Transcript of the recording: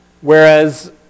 whereas